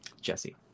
Jesse